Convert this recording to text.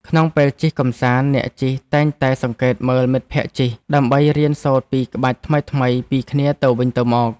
ក្នុងពេលជិះកម្សាន្ត អ្នកជិះតែងតែសង្កេតមើលមិត្តភក្ដិជិះ ដើម្បីរៀនសូត្រពីក្បាច់ថ្មីៗពីគ្នាទៅវិញទៅមក។